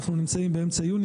אנחנו נמצאים באמצע יוני,